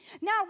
Now